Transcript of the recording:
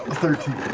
thirteen,